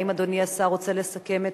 האם אדוני השר רוצה לסכם?